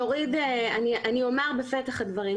אני אומר בפתח הדברים,